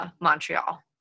Montreal